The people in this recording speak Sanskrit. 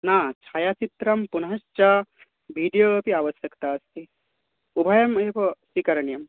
न छायाचित्रं पुनः च विडियो अपि आवश्यकता अस्ति उभयम् एव स्वीकरणीयम्